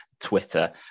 Twitter